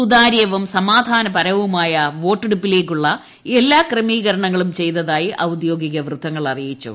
സുതാര്യവും സമാധാനവുമായ വോട്ടെടുപ്പിലേക്കുള്ള എല്ലാ ക്രമീകരണങ്ങളും ചെയ്തതായി ഔദ്യോഗിക വൃത്തങ്ങൾ അറിയിച്ചു